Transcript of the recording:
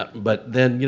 but then,